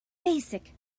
basic